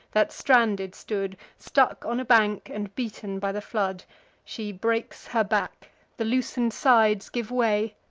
that stranded stood, stuck on a bank, and beaten by the flood she breaks her back the loosen'd sides give way,